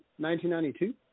1992